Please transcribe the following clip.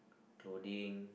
clothing